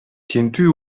тинтүү